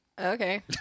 Okay